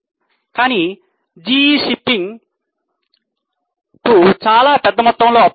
కానీ G shifting కు చాలా పెద్ద మొత్తంలో అప్పు ఉంది